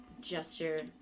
gesture